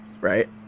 right